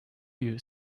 you